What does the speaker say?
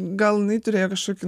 gal jinai turėjo kažkokį